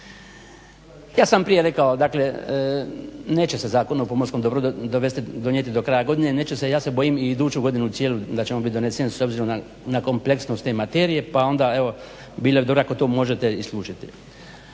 Ja sam prije rekao, dakle neće se Zakon o pomorskom dobru donijeti do kraja godine, neće se. Ja se bojim i iduću godinu cijelu da će on biti donesen s obzirom na kompleksnost te materije. Pa onda evo bilo bi dobro ako to možete isključiti.